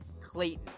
Clayton